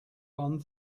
one